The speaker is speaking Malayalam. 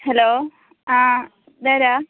ഹലോ ആ ഇതാരാണ്